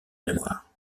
mémoire